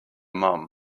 mum